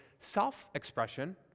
self-expression